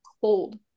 cold